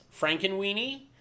frankenweenie